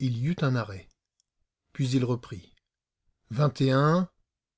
y eut un arrêt puis il reprit